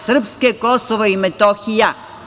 Srpsko Kosovo i Metohija.